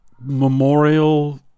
memorial